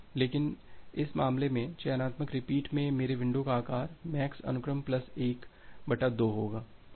लेकिन इस मामले में चयनात्मक रिपीट में मेरे विंडो का आकार MAX अनुक्रम प्लस 1 बटा 2 होगा